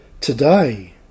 Today